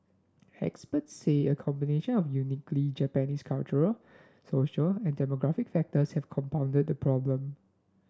experts say a combination of uniquely Japanese cultural social and demographic factors have compounded the problem